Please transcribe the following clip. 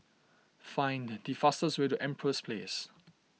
find the fastest way to Empress Place